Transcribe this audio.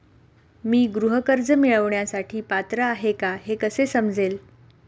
मी गृह कर्ज मिळवण्यासाठी पात्र आहे का हे कसे समजेल?